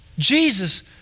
Jesus